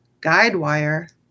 Guidewire